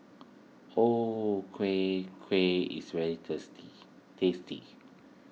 O Kueh Kueh is very tasty